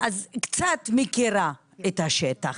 אז קצת מכירה את השטח.